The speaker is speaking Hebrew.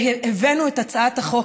הבאנו את הצעת החוק,